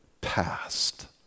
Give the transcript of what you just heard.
past